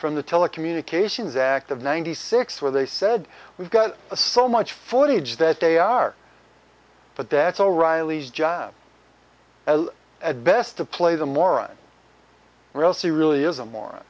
from the telecommunications act of ninety six where they said we've got a so much forty judge that they are but that's all riley's job at best to play the moron or else he really is a moron